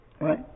Right